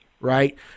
right